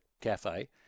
cafe